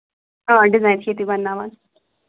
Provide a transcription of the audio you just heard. آ ڈِزایِن چھِ ییٚتی بَنناوَن